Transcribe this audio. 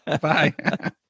Bye